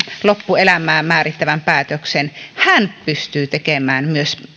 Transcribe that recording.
loppuelämää määrittävän päätöksen pystyy tekemään myös